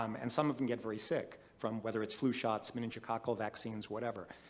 um and some of them get very sick from whether its flu shots, meningococcal vaccines, whatever.